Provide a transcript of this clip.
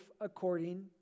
according